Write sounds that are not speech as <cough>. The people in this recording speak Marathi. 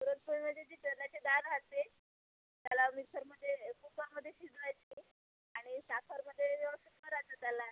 पुरणपोळीमध्ये जी चण्याची डाळ राहते त्याला मिक्सरमध्ये कुकरमध्ये शिजवायची आणि साखरेमध्ये व्यवस्थित <unintelligible> त्याला